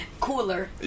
cooler